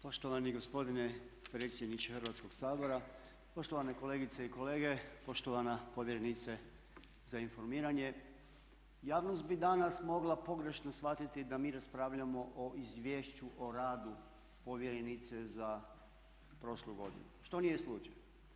Poštovani gospodine predsjedniče Hrvatskog sabora, poštovane kolegice i kolege, poštovana povjerenice za informiranje javnost bi danas mogla pogrešno shvatiti da mi raspravljamo o izvješću o radu povjerenice za prošlu godinu što nije slučaj.